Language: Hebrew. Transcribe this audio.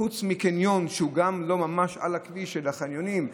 חוץ מקניון, שהוא גם לא ממש על הכביש, והחניונים,